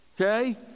okay